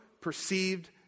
perceived